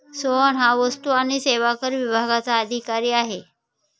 सोहन हा वस्तू आणि सेवा कर विभागाचा अधिकारी आहे